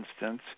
instance